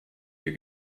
ihr